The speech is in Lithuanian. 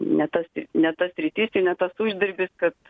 ne tas ne ta sritis ir ne tas uždarbis kad